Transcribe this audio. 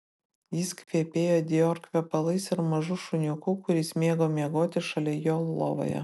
jis kvepėjo dior kvepalais ir mažu šuniuku kuris mėgo miegoti šalia jo lovoje